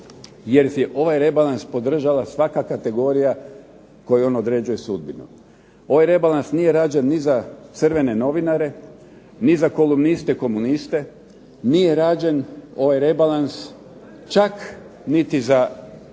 jer je ovaj rebalans podržava svaka kategorija kojoj on određuje sudbinu. Ovaj rebalans nije rađen ni za crvene novinare, ni za kolumniste komuniste, nije rađen ovaj rebalans čak niti za